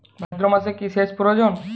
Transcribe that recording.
ভাদ্রমাসে কি সেচ প্রয়োজন?